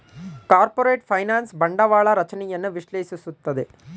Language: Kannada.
ಕಾರ್ಪೊರೇಟ್ ಫೈನಾನ್ಸ್ ಬಂಡವಾಳ ರಚನೆಯನ್ನು ವಿಶ್ಲೇಷಿಸುತ್ತದೆ